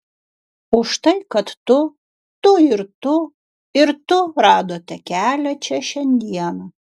už tai kad tu tu ir tu ir tu radote kelią čia šiandieną